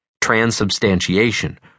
transubstantiation